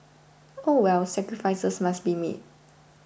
oh well sacrifices must be made